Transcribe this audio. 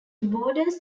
borders